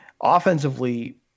Offensively